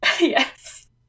Yes